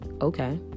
Okay